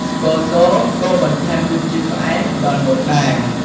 ស្ករសក៏បន្ថែមរសជាតិផ្អែមដល់នំដែរ